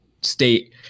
state